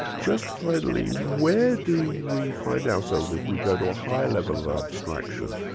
just finally, where do we find ourselves if we go to a higher level of abstraction?